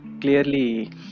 clearly